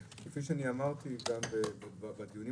כפי שאמרתי גם בדיונים